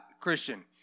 Christian